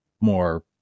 more